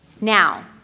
Now